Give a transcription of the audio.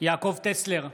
יעקב טסלר,